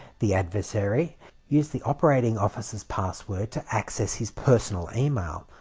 the adversary used the operating officer's password to access his personal email,